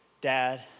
Dad